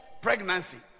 Pregnancy